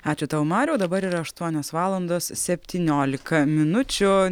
ačiū tau mariau dabar yra aštuonios valandos septyniolika minučių